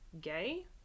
gay